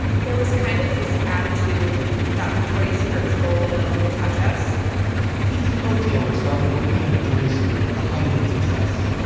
there was kind of this attitude that victoria's secret was gold and no one could touch us casey crowe taylor started working at victoria's secret at the height of its success.